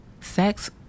sex